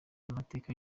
mateka